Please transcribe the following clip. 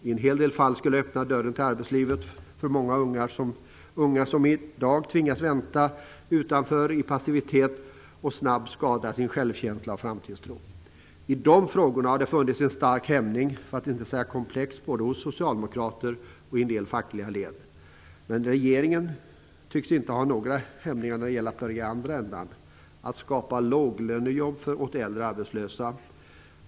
I en hel del fall skulle det öppna dörren till arbetslivet för många unga som i dag tvingas vänta utanför i en passivitet som snabbt skadar självkänsla och framtidstro. I de frågorna har det funnits en stark hämning, för att inte säga komplex, både hos socialdemokrater och i en del fackliga led. Men regeringen tycks inte ha några hämningar när det gäller att börja i andra ändan och skapa låglönejobb åt äldre arbetslösa.